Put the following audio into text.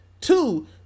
two